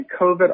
COVID